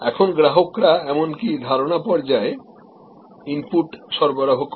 এখন গ্রাহকরা এমনকি প্রাথমিক ধারণা পর্যায়ে ইনপুট সরবরাহ করে